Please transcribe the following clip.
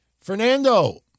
Fernando